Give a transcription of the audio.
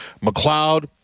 McLeod